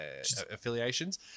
affiliations